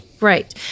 Right